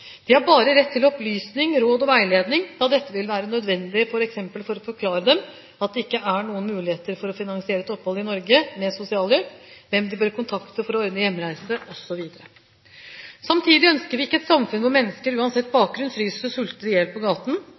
De har bare rett til opplysning, råd og veiledning, da dette vil være nødvendig f.eks. for å forklare dem at det ikke er noen muligheter for å finansiere et opphold i Norge med sosialhjelp, hvem de bør kontakte for å ordne hjemreise osv. Samtidig ønsker vi ikke et samfunn hvor mennesker – uansett bakgrunn – fryser og sulter i hjel på gaten.